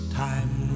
time